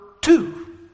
two